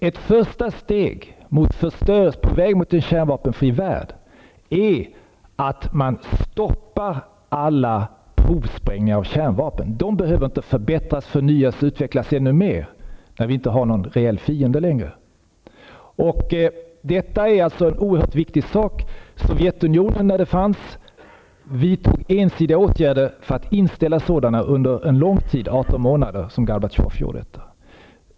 Ett första steg på väg mot en kärnvapenfri värld är att man stoppar alla provsprängningar av kärnvapen. Kärnvapnen behöver inte förbättras, förnyas och utvecklas ännu mer, när vi inte längre har någon reell fiende. Detta är alltså en oerhört viktig sak. Sovjetunionen, när den fanns, vidtog ensidiga åtgärder för att inställa kärnvapensprängningar under en lång tid, 18 månader. Och det var Gorbatjov som gjorde detta.